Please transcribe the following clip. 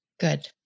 good